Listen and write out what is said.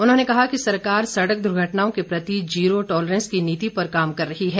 उन्होंने कहा कि सरकार सड़क दुर्घटनाओं के प्रति जीरो टालरेंस की नीति पर काम कर रही है